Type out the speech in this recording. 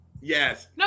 Yes